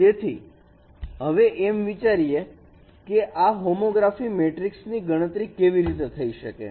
તેથી હવે અમે વિચારીશું કે આ હોમોગ્રાફી મેટ્રિક્સ ની ગણતરી કેવી રીતે થઈ શકે